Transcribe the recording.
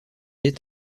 est